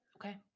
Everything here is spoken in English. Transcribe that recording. Okay